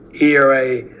ERA